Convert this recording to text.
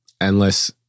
endless